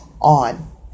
on